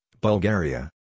Bulgaria